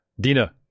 dina